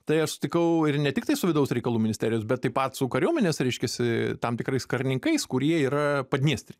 tai aš sutikau ir ne tiktai su vidaus reikalų ministerijos bet taip pat su kariuomenės reiškiasi tam tikrais karininkais kurie yra padniestrėj